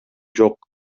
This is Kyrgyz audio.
жок